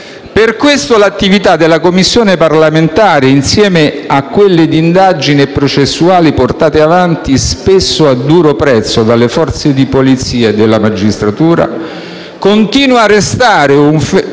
Per questo l'attività della Commissione parlamentare, insieme alle indagini processuali portate avanti spesso a duro prezzo dalle forze di polizia e dalla magistratura, continua a restare un